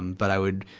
um but i would,